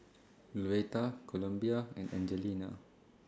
Louetta Columbia and Angelina